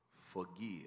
forgive